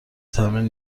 تمرین